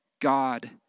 God